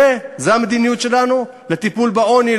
זו המדיניות שלנו לטיפול בעוני,